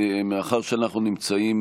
מאחר שאנחנו נמצאים